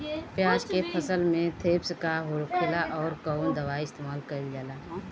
प्याज के फसल में थ्रिप्स का होखेला और कउन दवाई इस्तेमाल कईल जाला?